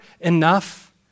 enough